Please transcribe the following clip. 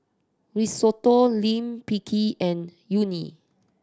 Risotto Lime Picky and Unagi